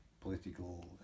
political